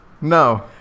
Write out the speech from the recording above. no